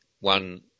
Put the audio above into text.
one